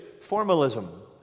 formalism